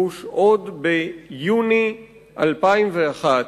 בוש, עוד ביוני 2001,